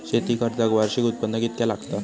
शेती कर्जाक वार्षिक उत्पन्न कितक्या लागता?